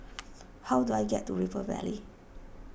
how do I get to River Valley